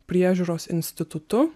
priežiūros institutu